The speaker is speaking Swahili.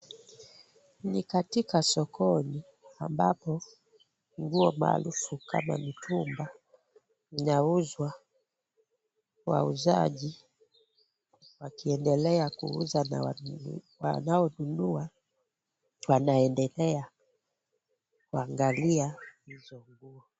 Ni katika soko ambapo nguo maarufu kama mitumba inauzwa. Wauzaji wakiendelea kuuza na wanaonunua wanaendelea kuangalia nguo hizo.